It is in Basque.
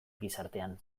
gizartean